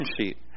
sheet